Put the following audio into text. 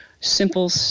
simple